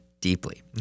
deeply